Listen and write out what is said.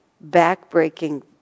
back-breaking